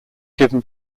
given